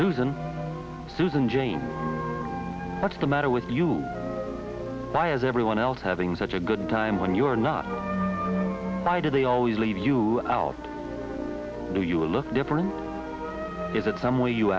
susan susan jane what's the matter with you why is everyone else having such a good time when you're not by did they always leave you out when you look different if it's some way you